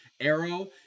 Arrow